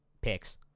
picks